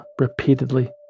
repeatedly